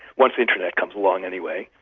once the internet comes along, anyway,